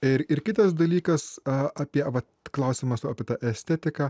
ir ir kitas dalykas a apie va klausimas apie tą estetiką